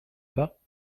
bas